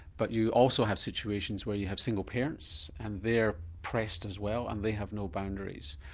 but you also have situations where you have single parents and they're pressed as well and they have no boundaries.